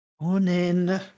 Morning